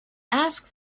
asked